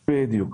בדיוק.